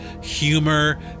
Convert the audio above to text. humor